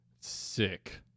Sick